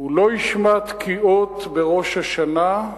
הוא לא ישמע תקיעות בראש השנה,